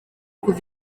kuva